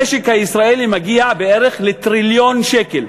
המשק הישראלי מגיע בערך לטריליון שקל,